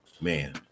man